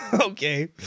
Okay